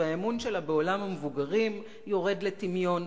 והאמון שלה בעולם המבוגרים יורד לטמיון.